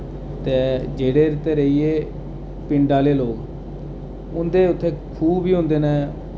ते जेह्ड़े ते रेहिये पिंड आह्ले लोक उं'दे उत्थै खूह् बी होंदे न